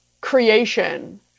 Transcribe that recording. creation